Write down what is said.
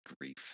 grief